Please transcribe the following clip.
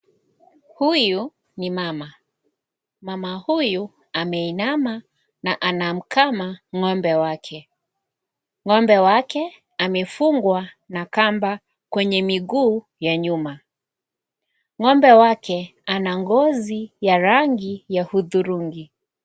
Huyu ni mama. Mama huyu, ameinama na anamkama ng'ombe wake. Ng'ombe wake, amefungwa na kamba kwenye miguu ya nyuma. Ng'ombe wake ana ngozi ya rangi ya udhurungi.